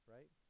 Right